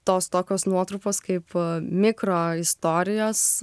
tos tokios nuotrupos kaip mikro istorijos